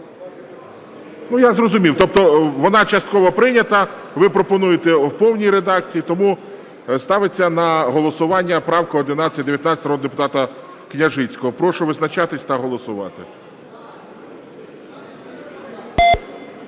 Ну, я зрозумів, тобто вона частково прийнята, ви пропонуєте – в повній редакції. Тому ставиться на голосування правка 1119 народного депутата Княжицького. Прошу визначатися та голосувати.